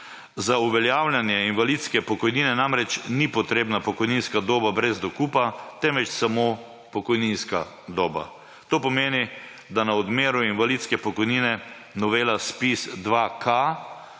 Za uveljavljanje invalidske pokojnine namreč ni potrebna pokojninska doba brez dokupa, temveč samo pokojninska doba. To pomeni, da na odmero invalidske pokojnine novela ZPIZ-2k,